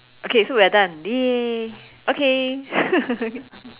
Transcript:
okay so we're done !yay! okay